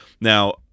Now